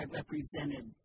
represented